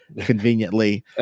conveniently